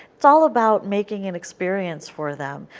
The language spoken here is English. is all about making an experience for them.